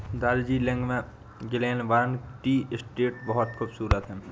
दार्जिलिंग में Glenburn tea estate बहुत खूबसूरत है